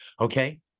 okay